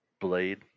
blade